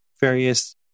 various